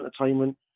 entertainment